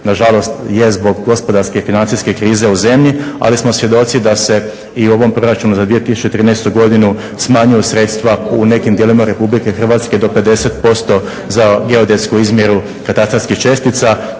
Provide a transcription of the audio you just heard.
na žalost je zbog gospodarske i financijske krize u zemlji. Ali smo svjedoci da se i u ovom proračunu za 2013. godinu smanjuju sredstva u nekim dijelovima Republike Hrvatske do 50% za geodetsku izmjeru katastarskih čestica.